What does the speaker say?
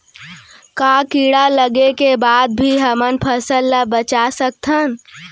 का कीड़ा लगे के बाद भी हमन फसल ल बचा सकथन?